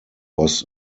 was